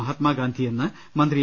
മഹാത്മാഗാന്ധിയെന്ന് മന്ത്രി എ